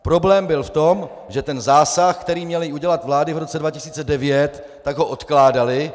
Problém byl v tom, že ten zásah, který měly udělat vlády v roce 2009, tak ho odkládaly.